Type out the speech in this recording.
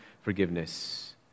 forgiveness